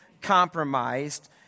compromised